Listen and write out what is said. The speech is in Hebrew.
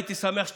הייתי שמח שתשמע,